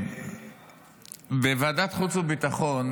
בוועדת חוץ וביטחון,